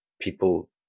people